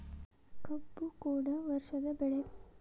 ಕಬ್ಬು ಕೂಡ ವರ್ಷದ ಬೆಳೆ